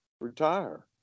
Retire